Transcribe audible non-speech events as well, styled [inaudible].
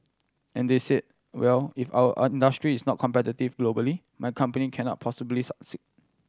and they said well if our [unintelligible] is not competitive globally my company cannot possibly succeed